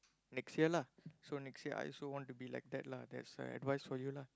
next year lah so next year I also want to be like that lah that's a advice for you lah